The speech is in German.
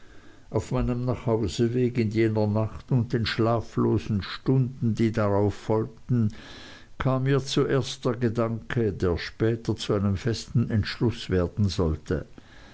auf meinem nachhauseweg in jener nacht und den schlaflosen stunden die darauf folgten kam mir zuerst der gedanke der später zu einem festen entschluß werden sollte